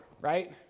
right